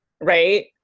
right